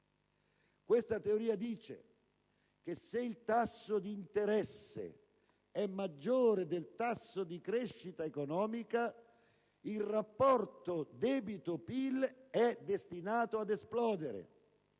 Questa teoria sostiene che, se il tasso di interesse è maggiore del tasso di crescita economica, il rapporto tra debito e PIL è destinato ad esplodere.